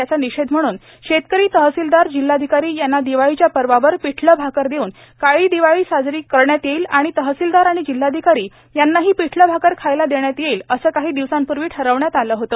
याचा निषेध म्हणून शेतकरी तहसीलदार जिल्हाधिकारी यांना दिवाळीच्या पर्वावर पिठलं भाकर देऊन काळी दिवाळी साजरी करतील आणि तहसीलदार आणि जिल्हाधिकारी यांनाही पिठलं भाकर खायला देतील असे काही दिवसांपूर्वी निश्चित करण्यात आले होते